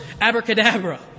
Abracadabra